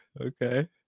Okay